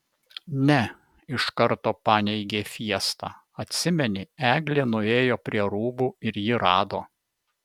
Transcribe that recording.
ne iš karto paneigė fiesta atsimeni eglė nuėjo prie rūbų ir jį rado